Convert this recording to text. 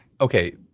okay